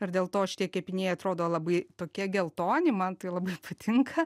ir dėl to šie kepiniai atrodo labai tokie geltoni man tai labai patinka